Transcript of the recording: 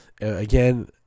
Again